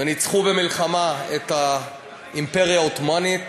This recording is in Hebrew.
ניצחו במלחמה את האימפריה העות'מאנית,